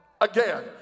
again